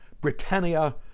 Britannia